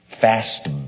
fast